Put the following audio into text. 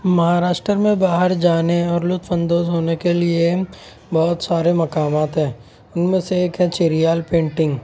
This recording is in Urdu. مہاراشٹر میں باہر جانے اور لطف اندوز ہونے کے لیے بہت سارے مقامات ہیں ان میں سے ایک ہیں چیریال پینٹنگ